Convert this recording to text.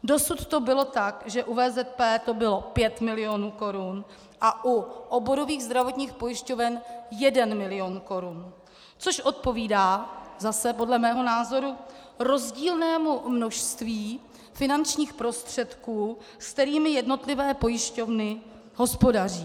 Dosud to bylo tak, že u VZP to bylo 5 milionů korun a u oborových zdravotních pojišťoven 1 milion korun, což odpovídá zase podle mého názoru rozdílnému množství finančních prostředků, se kterými jednotlivé pojišťovny hospodaří.